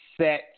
set